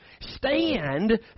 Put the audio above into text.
Stand